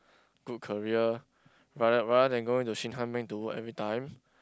good career rather rather than going to to work every time